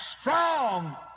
strong